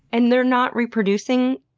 and they're not reproducing?